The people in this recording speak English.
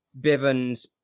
Bivens